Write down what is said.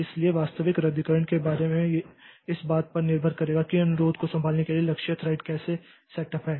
इसलिए वास्तविक रद्दीकरण के बारे में यह इस बात पर निर्भर करेगा कि अनुरोध को संभालने के लिए लक्ष्य थ्रेड कैसे सेटअप है